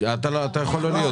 אתה יכול לא להיות פה.